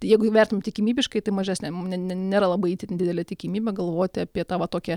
jeigu įvertinti tikimybiškai tai mažesniam nėra labai didelė tikimybė galvoti apie tą va tokią